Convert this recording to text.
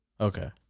Okay